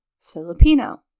Filipino